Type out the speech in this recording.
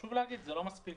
חשוב לומר שזה לא מספיק.